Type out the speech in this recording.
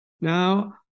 Now